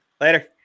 Later